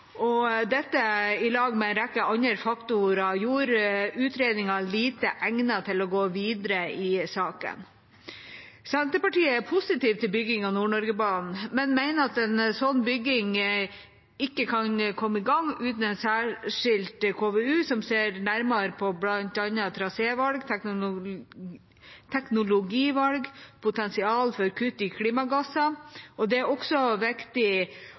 og dette i lag med en rekke andre faktorer gjorde utredningen lite egnet til å gå videre i saken. Senterpartiet er positive til bygging av Nord-Norge-banen, men mener at en slik bygging ikke kan komme i gang uten en særskilt KVU som ser nærmere på bl.a. trasévalg, teknologivalg og potensial for kutt i klimagasser. Det er også viktig